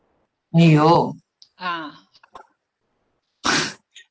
!aiyo! ah